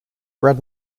bread